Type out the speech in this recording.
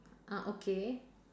ah okay